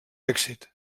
èxit